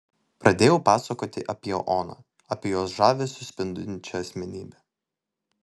pradėjau pasakoti apie oną apie jos žavesiu spindinčią asmenybę